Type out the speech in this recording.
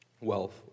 wealth